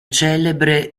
celebre